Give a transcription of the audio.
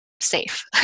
safe